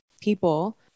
people